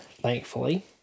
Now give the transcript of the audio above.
Thankfully